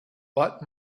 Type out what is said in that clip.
but